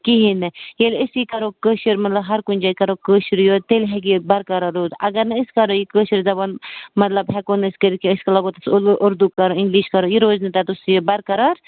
کِہیٖنٛۍ نہٕ ییٚلہِ أسی کَرو کٲشِر مطلب ہر کُنہِ جایہِ کَرَو کٲشرُے یوت تیٚلہِ ہیٚکہِ یہِ برقرار روٗزِتھ اگر نہَ أسۍ کَرَو یہِ کٲشِر زبان مطلب ہیٚکَو نہٕ أسۍ کٔرِتھ کیٚنٛہہ أسۍ لاگَو تَتِس اُردو اُردر کَرُن اِنٛگلیش کَرُن یہِ روزِ نہٕ تَتِس یہِ بَرقرار